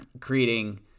creating